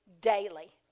daily